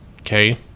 Okay